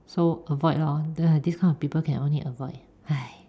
so avoid lor the this kind of people can only avoid